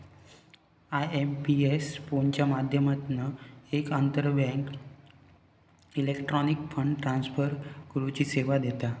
IMPS फोनच्या माध्यमातना एक आंतरबँक इलेक्ट्रॉनिक फंड ट्रांसफर करुची सेवा देता